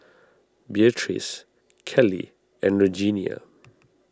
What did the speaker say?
Beatrice Kelly and Regenia